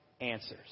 answers